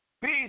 Peace